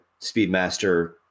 Speedmaster